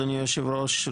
אדוני היושב ראש,